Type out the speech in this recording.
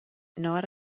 not